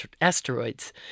asteroids